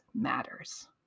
matters